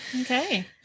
Okay